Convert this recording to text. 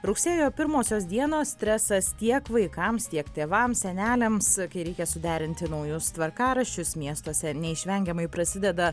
rugsėjo pirmosios dienos stresas tiek vaikams tiek tėvams seneliams kai reikia suderinti naujus tvarkaraščius miestuose neišvengiamai prasideda